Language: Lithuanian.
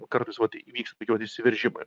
kartais vat įvyksta jo išsiveržimai